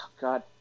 God